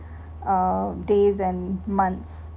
uh days and months